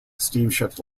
steamship